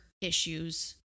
issues